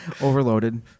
Overloaded